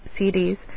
CDs